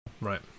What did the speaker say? Right